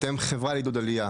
אתם חברה לעידוד עלייה,